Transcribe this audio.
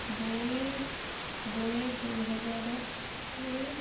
ଦୁଇ ଦୁଇ ଦୁଇହଜାର ଦୁଇ